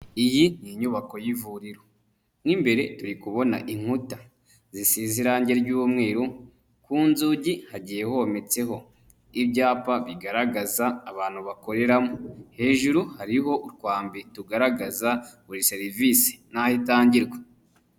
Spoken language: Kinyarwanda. Iyi ni inyubako y'ivuriro, mo imbere turi kubona inkuta zisize irangi ry'umweru, ku nzugi hagiye hometseho ibyapa bigaragaza abantu bakoreramo, hejuru hariho utwambi tugaragaza buri serivisi nayo itangirwa.